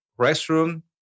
restroom